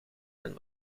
een